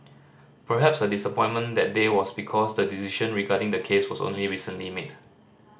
perhaps her disappointment that day was because the decision regarding the case was only recently made